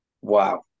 wow